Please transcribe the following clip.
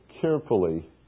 carefully